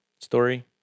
story